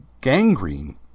gangrene